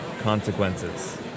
consequences